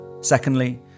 Secondly